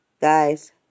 Guys